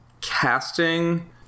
casting